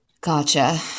Gotcha